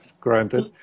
granted